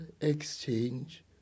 exchange